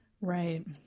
Right